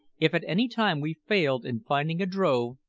if at any time we failed in finding a drove,